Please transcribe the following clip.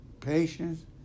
patience